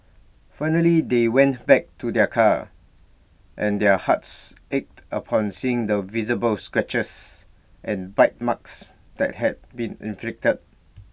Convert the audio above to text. finally they went back to their car and their hearts ached upon seeing the visible scratches and bite marks that had been inflicted